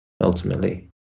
ultimately